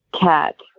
cat